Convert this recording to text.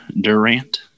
Durant